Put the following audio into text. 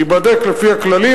ייבדק לפי הכללים,